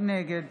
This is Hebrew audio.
נגד